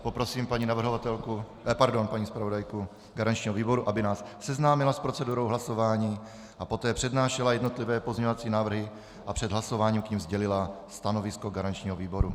Poprosím paní zpravodajku garančního výboru, aby nás seznámila s procedurou hlasování a poté přednášela jednotlivé pozměňovací návrhy a před hlasováním k nim sdělila stanovisko garančního výboru.